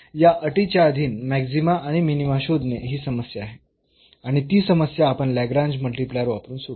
या अटीच्या अधीन मॅक्सीमा आणि मिनीमा शोधणे ही समस्या आहे आणि ती समस्या आपण लाग्रेंज मल्टिप्लायर वापरून सोडवू